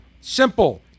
simple